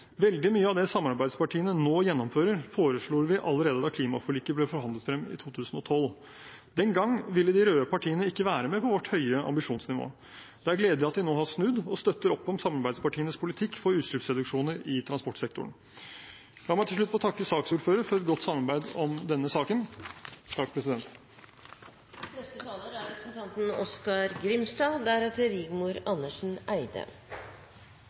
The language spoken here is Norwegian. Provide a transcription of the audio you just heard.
Veldig mye av det samarbeidspartiene nå gjennomfører, foreslo vi allerede da klimaforliket ble forhandlet frem i 2012. Den gang ville de røde partiene ikke være med på vårt høye ambisjonsnivå. Det er gledelig at de nå har snudd og støtter opp om samarbeidspartienes politikk for utslippsreduksjoner i transportsektoren. La meg til slutt få takke saksordføreren for et godt samarbeid om denne saken.